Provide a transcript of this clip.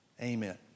Amen